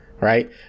right